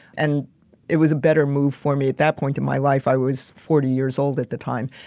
and it was a better move for me at that point in my life, i was forty years old at the time.